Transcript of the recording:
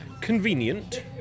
Convenient